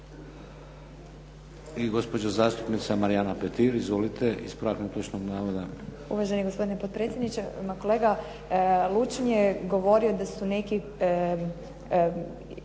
I gospođa zastupnica Marijana Petir, izvolite ispravak netočnog navoda. **Petir, Marijana (HSS)** Uvaženi gospodine potpredsjedniče, ma kolega Lučin je govorio da su neki